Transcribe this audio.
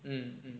mm mm